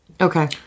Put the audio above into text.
Okay